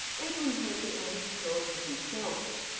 edwin had the attic floor to himself.